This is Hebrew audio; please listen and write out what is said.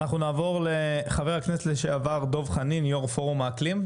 חבר הכנסת לשעבר דב חנין, יו"ר פורום האקלים.